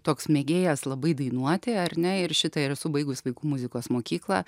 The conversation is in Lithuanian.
toks mėgėjas labai dainuoti ar ne ir šitą ir esu baigus vaikų muzikos mokyklą